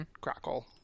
Crackle